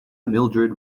mildrid